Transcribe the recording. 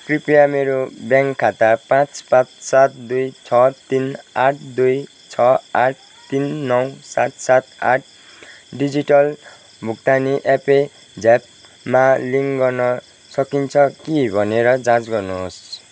कृपया मेरो ब्याङ्क खाता पाँच पाँच सात दुई छ तिन आठ दुई छ आठ तिन नौ सात सात आठ डिजिटल भुक्तानी एप पेज्यापमा लिङ्क गर्न सकिन्छ कि भनेर जाँच गर्नुहोस्